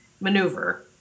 maneuver